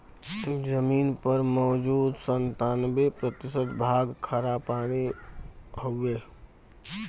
जमीन पर मौजूद सत्तानबे प्रतिशत भाग खारापानी हउवे